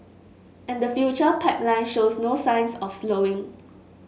and the future pipeline shows no signs of slowing